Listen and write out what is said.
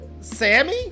Sammy